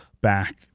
back